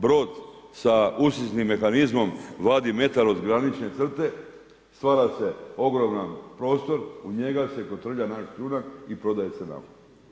Brod sa usisnim mehanizmom vadi metar od granične crte, stvara se ogroman prostor, u njega se kotrlja naš šljunak i prodaje se nama.